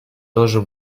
тоже